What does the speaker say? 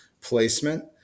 placement